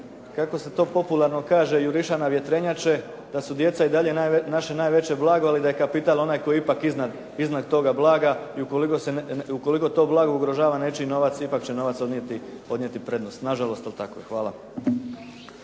kako se to popularno kaže, juriša na vjetrenjače, da su djeca i dalje naše najveće blago, ali da je kapital onaj koji je ipak iznad toga blaga i ukoliko to blago ugrožava nečiji novac ipak će novac odnijeti prednost. Nažalost, ali tako je. Hvala.